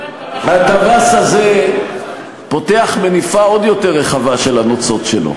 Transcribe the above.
הטווס הזה פותח מניפה עוד יותר רחבה של הנוצות שלו,